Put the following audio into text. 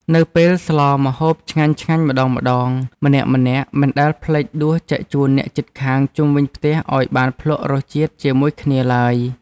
នៅពេលស្លម្ហូបឆ្ងាញ់ៗម្ដងៗ ម្នាក់ៗមិនដែលភ្លេចដួសចែកជូនអ្នកជិតខាងជុំវិញផ្ទះឱ្យបានភ្លក់រសជាតិជាមួយគ្នាឡើយ។